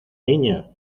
niña